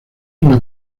una